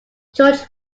george